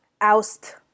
oust